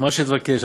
מה שתבקש.